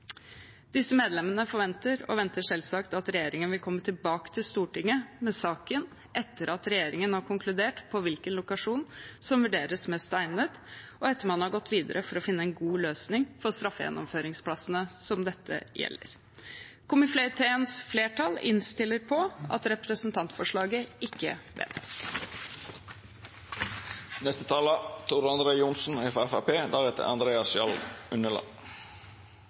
Disse medlemmene forventer selvsagt at regjeringen vil komme tilbake til Stortinget med saken etter at regjeringen har konkludert på hvilken lokasjon som vurderes mest egnet, og etter at man har gått videre for å finne en god løsning for straffegjennomføringsplassene som dette gjelder. Komiteens flertall innstiller på at representantforslaget ikke vedtas. Det er et godt og viktig representantforslag fra